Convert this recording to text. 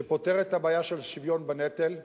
שפותרת את הבעיה של שוויון בנטל,